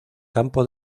campo